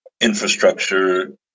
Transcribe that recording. infrastructure